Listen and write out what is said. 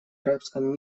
арабском